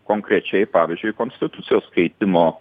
konkrečiai pavyzdžiui konstitucijos keitimo